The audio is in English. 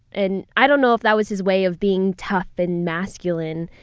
and i don't know if that was his way of being tough and masculine.